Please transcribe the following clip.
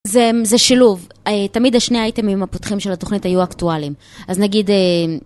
זה שילוב, תמיד השני האייטמים הפותחים של התוכנית היו אקטואלים, אז נגיד